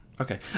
Okay